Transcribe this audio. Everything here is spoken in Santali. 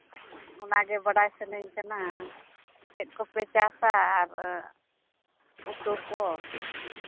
ᱚᱱᱟᱜᱮ ᱵᱟᱰᱟᱭ ᱥᱟᱱᱟᱧ ᱠᱟᱱᱟ ᱪᱮᱫ ᱠᱚᱯᱮ ᱪᱟᱥᱼᱟ ᱟᱨ ᱩᱛᱩ ᱠᱚ